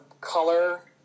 color